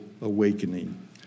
awakening